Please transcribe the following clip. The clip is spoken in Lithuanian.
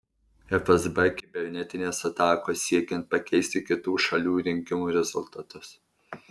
fsb kibernetinės atakos siekiant pakeisti kitų šalių rinkimų rezultatus